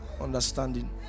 understanding